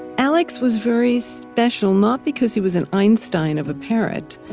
alex was very special not because he was an einstein of a parrot,